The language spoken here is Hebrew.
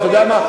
אתה יודע מה,